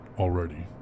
Already